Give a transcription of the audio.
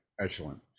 excellent